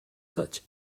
such